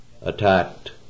attacked